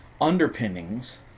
underpinnings